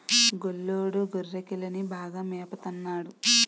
గొల్లోడు గొర్రెకిలని బాగా మేపత న్నాడు